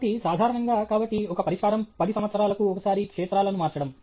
కాబట్టి సాధారణంగా కాబట్టి ఒక పరిష్కారం పది సంవత్సరాలకు ఒకసారి క్షేత్రాలను మార్చడం